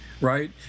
right